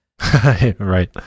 right